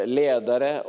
ledare